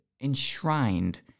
enshrined